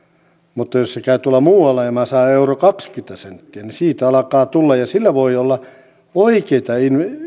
mutta jos se käy tuolla muualla ja minä saan euron ja kaksikymmentä senttiä niin siitä alkaa tulla ja sillä voi olla oikeata